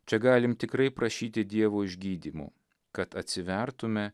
čia galim tikrai prašyti dievo išgydymo kad atsivertume